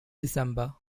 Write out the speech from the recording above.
december